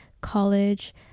college